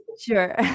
Sure